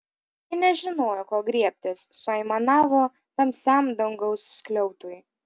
ji nežinojo ko griebtis suaimanavo tamsiam dangaus skliautui